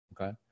okay